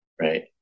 right